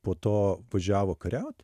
po to važiavo kariaut